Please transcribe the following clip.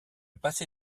passé